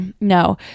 no